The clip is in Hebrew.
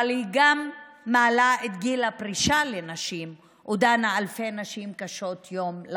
אבל היא גם מעלה את גיל הפרישה לנשים ודנה לעוני אלפי נשים קשות יום.